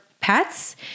pets